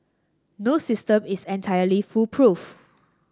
no system is entirely foolproof